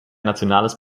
nationales